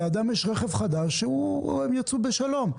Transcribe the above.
ולידם יש רכב חדש שממנו יצאו בשלום.